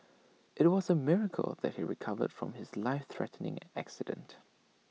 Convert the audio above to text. IT was A miracle that he recovered from his life threatening accident